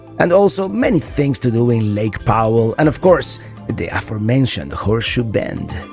and also many things to do in lake powell. and of course at the aforementioned horseshoe bend.